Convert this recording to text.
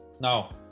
No